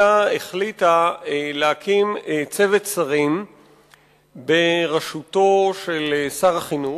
אלא החליטה להקים צוות שרים בראשותו של שר החינוך,